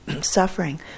suffering